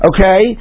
Okay